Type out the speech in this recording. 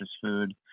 food